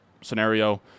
scenario